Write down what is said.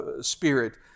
spirit